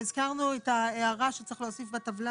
והזכרנו את ההערה שצריך להוסיף בטבלה